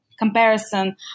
Comparison